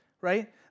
right